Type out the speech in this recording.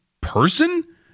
person